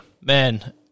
man